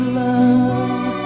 love